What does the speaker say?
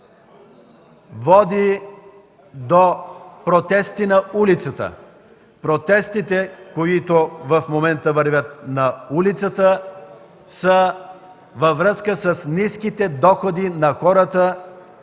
води до протести на улицата. Протестите, които в момента вървят на улицата, са във връзка с ниските доходи на хората.